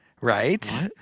Right